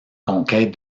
conquête